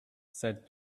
said